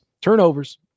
turnovers